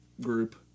group